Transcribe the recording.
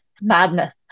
madness